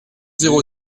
zéro